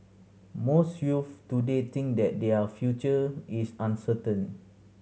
most youths today think that their future is uncertain